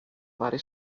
vari